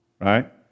Right